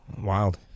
Wild